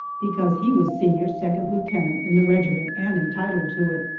because he was senior second lieutenant in the regiment and entitled to it.